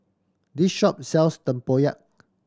this shop sells tempoyak